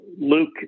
Luke